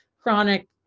chronic